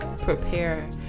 prepare